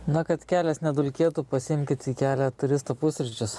na kad kelias nedulkėtų pasiimkit į kelią turistų pusryčius